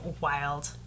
wild